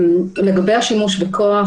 לגבי השימוש בכוח,